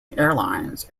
airlines